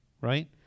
right